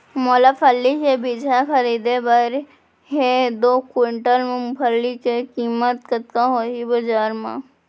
मोला फल्ली के बीजहा खरीदे बर हे दो कुंटल मूंगफली के किम्मत कतका होही बजार म?